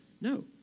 No